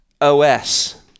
OS